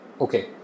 Okay